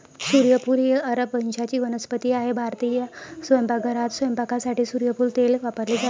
सूर्यफूल ही अरब वंशाची वनस्पती आहे भारतीय स्वयंपाकघरात स्वयंपाकासाठी सूर्यफूल तेल वापरले जाते